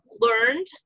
learned